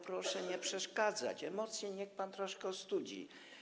Proszę nie przeszkadzać, emocje niech pan troszkę ostudzi.